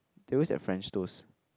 they always have French toast